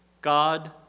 God